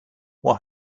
were